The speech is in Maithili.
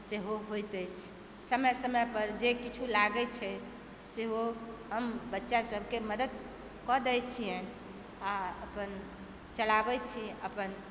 सेहो होइत अछि समय समयपर जे किछु लागैत छै सेहो हम बच्चा सबकेँ मदतिकऽ दैत छियनि आओर अपन चलाबै छी अपन